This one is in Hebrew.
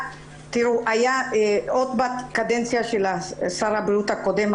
עוד בקדנציה של שר הבריאות הקודם,